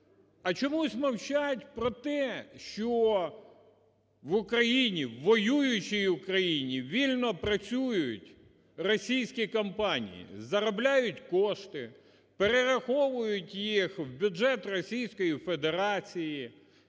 А чомусь мовчать про те, що в Україні, в воюючій Україні, вільно працюють російські компанії, заробляють кошти, перераховують їх в бюджет